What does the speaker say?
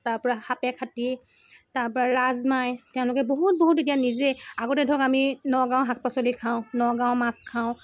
তাৰপৰা সাপেখাতি তাৰপৰা ৰাজমাই তেওঁলোকে বহুত বহুত এতিয়া নিজে আগতে ধৰক আমি নগাঁও শাক পাচলি খাওঁ নগাঁও মাছ খাওঁ